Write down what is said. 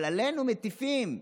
אבל לנו מטיפים.